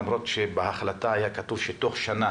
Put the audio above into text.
למרות שבהחלטה היה כתוב שתוך שנה